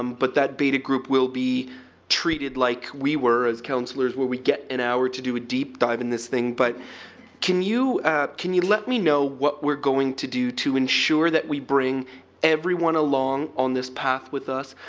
um but that beta group will be treated like we were as councillors where we get an hour to do a deep dive in this thing. but can you can you let me know what we're going to do to ensure that we bring everyone along on this path with us?